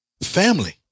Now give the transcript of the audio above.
family